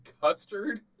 custard